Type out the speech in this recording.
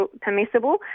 permissible